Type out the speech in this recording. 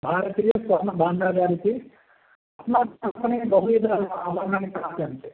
भारतीयस्वर्णभाण्डागार् इति अस्माकमापणे बहुविधानि आभरणानि प्राप्यन्ते